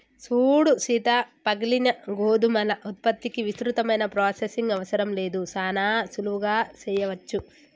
సూడు సీత పగిలిన గోధుమల ఉత్పత్తికి విస్తృతమైన ప్రొసెసింగ్ అవసరం లేదు సానా సులువుగా సెయ్యవచ్చు